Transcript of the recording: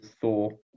Thor